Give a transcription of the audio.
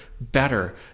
better